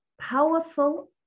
powerful